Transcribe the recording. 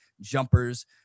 jumpers